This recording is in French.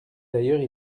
d’ailleurs